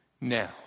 Now